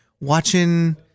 watching